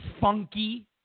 funky